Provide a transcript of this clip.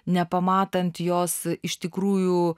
nepamatant jos iš tikrųjų